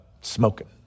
smoking